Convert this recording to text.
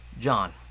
John